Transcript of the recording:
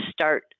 start